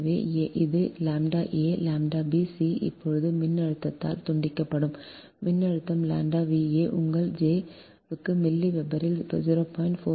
எனவே இது ʎa ʎb c இப்போது மின்னழுத்தத்தால் தூண்டப்படும் மின்னழுத்தம் ʎ va உங்கள் jΩ க்கு மில்லி வெபரில் 0